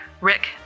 Rick